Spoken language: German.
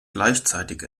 gleichzeitig